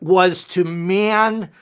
was to man,